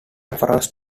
reference